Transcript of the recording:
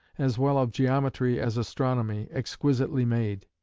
as well of geometry as astronomy, exquisitely made.